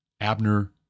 Abner